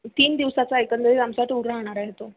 तीन दिवसाचा एकंदरीत आमचा टूर राहणार आहे तो